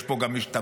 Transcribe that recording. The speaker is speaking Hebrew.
יש פה גם משתמטים,